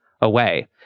away